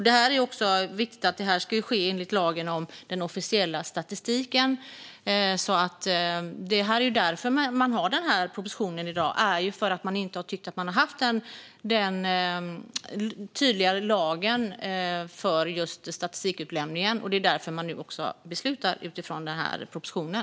Det är viktigt att det ska ske enligt lagen om den officiella statistiken. Orsaken till att vi har propositionen i dag är att man inte tyckt att man har haft den tydligare lagen för statistikutlämningen. Det är därför som riksdagen nu beslutar utifrån propositionen.